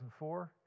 2004